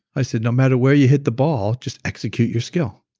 i said, no matter where you hit the ball just execute your skill.